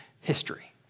history